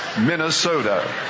Minnesota